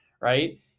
right